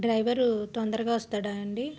driver తొందరగా వస్తాడా అండి